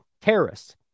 terrorists